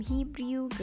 Hebrew